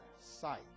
sight